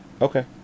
Okay